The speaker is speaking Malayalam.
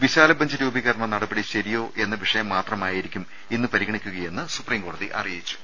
വിശാലബഞ്ച് രൂപീകരണ നടപടി ശരിയോ എന്ന വിഷയം മാത്രമായിരിക്കും ഇന്ന് പരിഗണിക്കുകയെന്ന് സുപ്രീം കോടതി അറിയിച്ചു